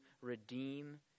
redeem